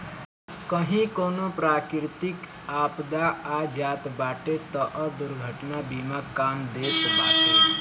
कही कवनो प्राकृतिक आपदा आ जात बाटे तअ दुर्घटना बीमा काम देत बाटे